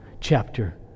chapter